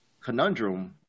Conundrum